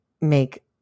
make